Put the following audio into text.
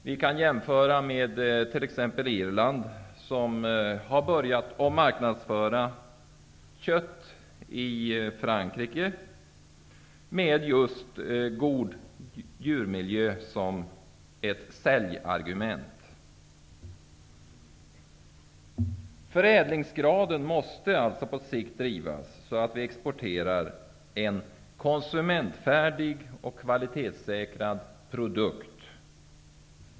Vi kan jämföra med t.ex. Irland, som har börjat att marknadsföra kött i Frankrike med just god djurmiljö som ett säljargument. Förädlingsgraden måste alltså på sikt drivas på sådant sätt att vi exporterar en konsumentfärdig och kvalitetssäkrad produkt.